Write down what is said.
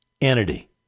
entity